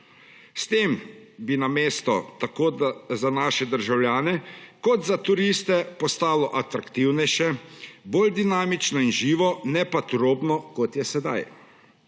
S tem bi tako za naše državljane kot za turiste postalo atraktivnejše, bolj dinamično in živo, ne pa turobno, kot je sedaj.